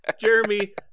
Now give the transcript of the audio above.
Jeremy